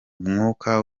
umwuka